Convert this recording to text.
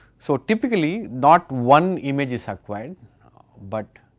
so, typically not one image is acquired but